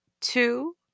Two